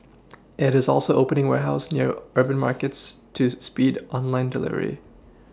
it is also opening warehouses near urban markets tools speed online delivery